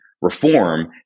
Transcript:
reform